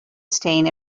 stain